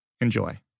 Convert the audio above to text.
Enjoy